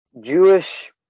Jewish